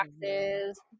taxes